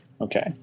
Okay